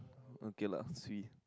okay lah sweet